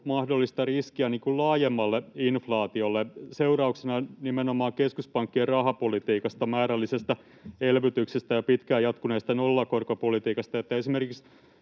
mahdollista riskiä laajemmalle inflaatiolle, seurauksena nimenomaan keskuspankkien rahapolitiikasta, määrällisestä elvytyksestä ja pitkään jatkuneesta nollakorkopolitiikasta? Esimerkiksi